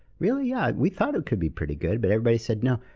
really? yeah, we thought it could be pretty good, but everybody said no.